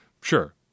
Sure